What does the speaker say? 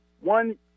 one